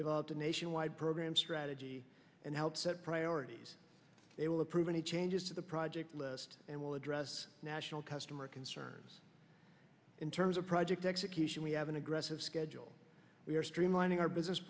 developed a nationwide programme strategy and helped set priorities they will approve any changes to the project list and will address national customer concerns in terms of project execution we have an aggressive schedule we are streamlining our business